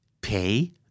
Pay